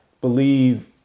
believe